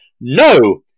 No